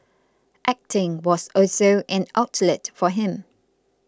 acting was also an outlet for him